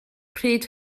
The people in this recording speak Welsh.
pryd